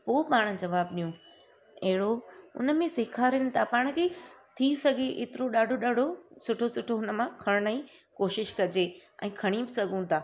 पोइ पाण जवाब ॾियूं अहिड़ो उन में सेखारीनि था पाण खे थी सघे एतिरो ॾाढो ॾाढो सुठो सुठो हुन मां खणणु ई कोशिशि कजे ऐं खणी सघूं था